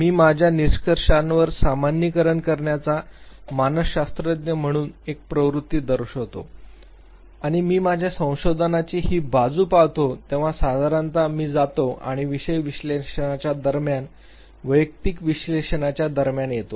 मी माझ्या निष्कर्षांवर सामान्यीकरण करण्याचा मानसशास्त्रज्ञ म्हणून एक प्रवृत्ती दर्शवितो आणि जेव्हा मी माझ्या संशोधनाची ही बाजू पहातो तेव्हा साधारणत मी जातो आणि विषय विश्लेषणाच्या दरम्यान वैयक्तिक विश्लेषणाच्या दरम्यान येतो